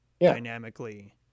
dynamically